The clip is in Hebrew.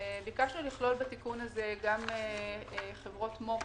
ביקשנו לכלול בתיקון הזה גם חברות מו"פ